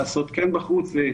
לעשות כן בחוץ,